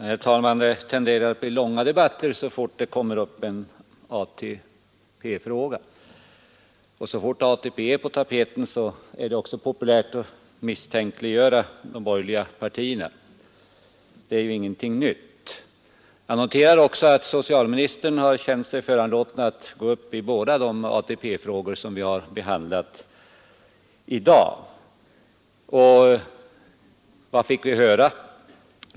Herr talman! Det tenderar att bli långa debatter så fort det kommer upp en ATP-fråga. Och så fort ATP är på tapeten är det också populärt att misstänkliggöra de borgerliga partierna — det är ju ingenting nytt. Jag noterar också att socialministern känt sig föranlåten att gå upp i båda de ATP-frågor som vi har behandlat i dag. Och vad fick vi höra?